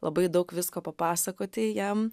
labai daug visko papasakoti jam